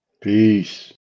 peace